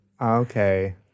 Okay